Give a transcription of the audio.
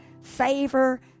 favor